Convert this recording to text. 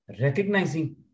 recognizing